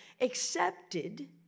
accepted